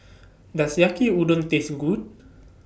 Does Yaki Udon Taste Good